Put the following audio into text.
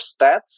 stats